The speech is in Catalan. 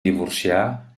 divorciar